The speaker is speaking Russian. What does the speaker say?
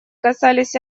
касались